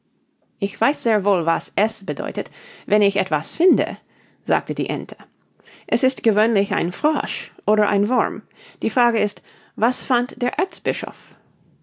ich weiß sehr wohl was es bedeutet wenn ich etwas finde sagte die ente es ist gewöhnlich ein frosch oder ein wurm die frage ist was fand der erzbischof